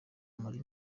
muri